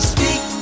Speak